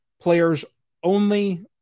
players-only